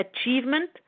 achievement